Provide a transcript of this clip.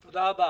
תודה.